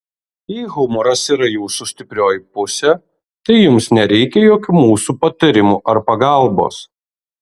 jei humoras yra jūsų stiprioji pusė tai jums nereikia jokių mūsų patarimų ar pagalbos